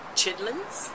chitlins